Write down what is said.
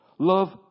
Love